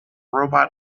robot